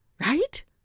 Right